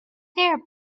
there